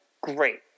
great